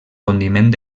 condiment